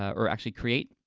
ah or actually create,